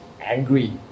angry